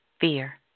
Fear